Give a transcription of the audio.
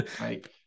Right